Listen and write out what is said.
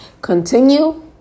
continue